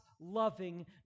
loving